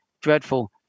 dreadful